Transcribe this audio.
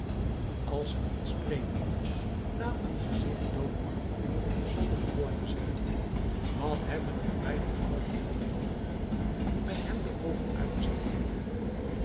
als ze niet spreken willen laten ze zich doodmartelen zonder een woord te zeggen wat hebben we bij dien ouden melchtal gewonnen met hem de oogen uit te steken